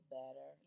better